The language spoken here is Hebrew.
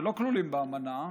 שלא כלולים באמנה,